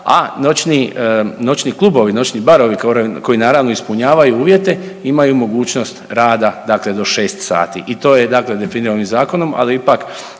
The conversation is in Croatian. noćni klubovi, noćni barovi koji naravno ispunjavaju uvjete imaju mogućnost rada dakle do 6 sati. I to je dakle definirano ovim zakonom, ali ipak,